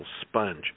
sponge